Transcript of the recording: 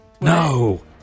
No